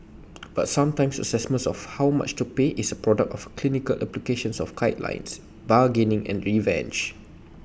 but sometimes assessments of how much to pay is A product of A clinical applications of guidelines bargaining and revenge